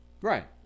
Right